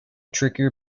trickier